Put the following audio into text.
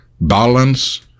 balance